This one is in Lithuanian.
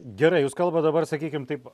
gerai jūs kalbat dabar sakykim taip